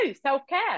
self-care